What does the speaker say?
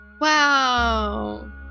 Wow